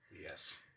Yes